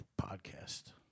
podcast